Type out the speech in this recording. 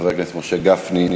חבר הכנסת משה גפני,